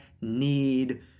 need